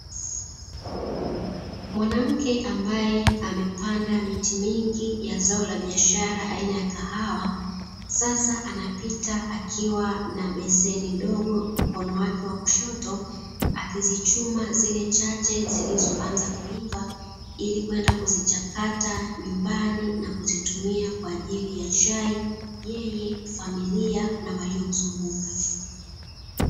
Mwanamke ambaye amepanda miti mingi ya zao la biashara aina ya kahawa sasa anapita akiwa na beseni ndogo mkono wake wa kushoto akizichuma zile chache zilizoanza kuiva ili kwenda kuzichakata nyumbani na kuzitumia kwa ajili ya chai yeye, familia na waliomzunguka.